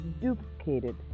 duplicated